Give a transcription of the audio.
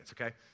okay